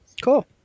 Cool